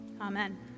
Amen